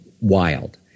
wild